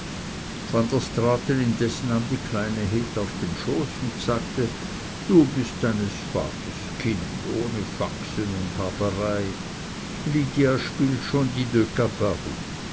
indes nahm die kleine heth auf den schoß und sagte du bist deines vaters kind ohne faxen und haberei lydia spielt schon die